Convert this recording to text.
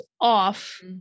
off